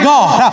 God